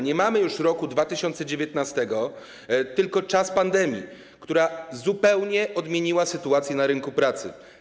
Nie mamy już roku 2019, tylko czas pandemii, która zupełnie odmieniła sytuację na rynku pracy.